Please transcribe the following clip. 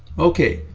okay,